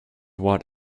what